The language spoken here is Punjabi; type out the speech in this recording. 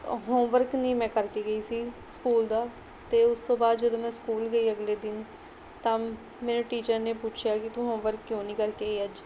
ਹੋਮਵਰਕ ਨਹੀਂ ਮੈਂ ਕਰਕੇ ਗਈ ਸੀ ਸਕੂਲ ਦਾ ਅਤੇ ਉਸ ਤੋਂ ਬਾਅਦ ਜਦੋਂ ਮੈਂ ਸਕੂਲ ਗਈ ਅਗਲੇ ਦਿਨ ਤਾਂ ਮੇਰੇ ਟੀਚਰ ਨੇ ਪੁੱਛਿਆ ਕਿ ਤੂੰ ਹੋਮਵਰਕ ਕਿਉਂ ਨਹੀਂ ਕਰਕੇ ਆਈ ਅੱਜ